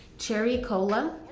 cherry cola,